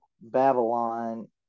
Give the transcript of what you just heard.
Babylon